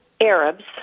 Arabs